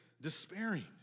despairing